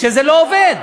שזה לא עובד.